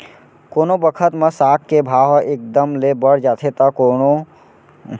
कोनो बखत म साग के भाव ह एक दम ले बढ़ जाथे त ओखर ले पहिली पता करे के कोनो तरीका हवय का?